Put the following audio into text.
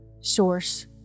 source